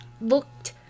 looked